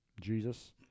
Jesus